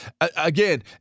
again